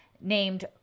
named